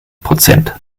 prozent